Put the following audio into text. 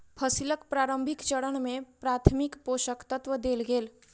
फसीलक प्रारंभिक चरण में प्राथमिक पोषक तत्व देल गेल